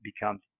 becomes